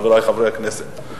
חברי חברי הכנסת,